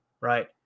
Right